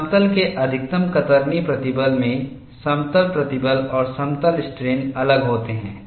समतल के अधिकतम कतरनी प्रतिबल में समतल प्रतिबल और समतल स्ट्रेन अलग होते हैं